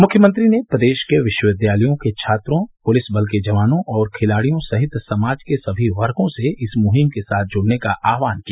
मुख्यमंत्री ने प्रदेश के विश्वविद्यालयों के छात्रों पुलिस बल के जवानों और खिलाड़ियों सहित समाज के सभी वर्गों से इस मुहिम के साथ जुड़ने का आहवान किया